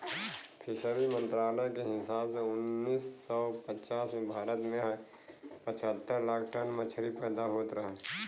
fishery मंत्रालय के हिसाब से उन्नीस सौ पचास में भारत में पचहत्तर लाख टन मछली पैदा होत रहल